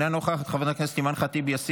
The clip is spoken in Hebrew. חברת הכנסת מיכל מרים וולדיגר,